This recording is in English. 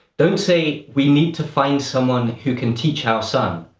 don't say, we need to find someone who can teach our son,